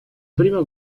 prima